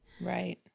right